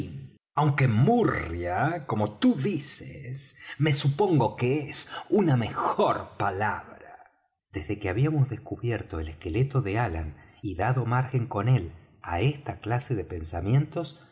aunque murria como tú dices me supongo que es una mejor palabra desde que habíamos descubierto el esqueleto de allan y dado margen con él á esta clase de pensamientos